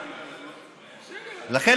לכן,